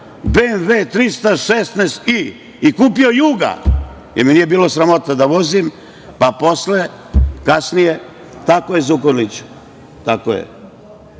"BMW 316i" i kupio "Juga" jer me nije bilo sramota da vozim, pa posle, kasnije…Tako je Zukorliću. Da li